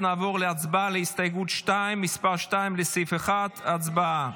נעבור כעת להצבעה על הסתייגות 2, לסעיף 1. הצבעה.